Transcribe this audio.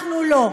אנחנו לא.